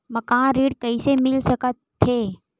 मकान ऋण कइसे मिल सकथे?